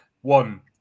one